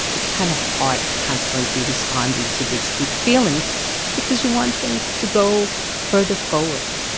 it's kind of hard to constantly be responding to these big feelings because you want things to go further forward.